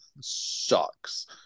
sucks